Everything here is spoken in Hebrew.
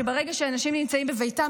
ברגע שאנשים נמצאים בביתם,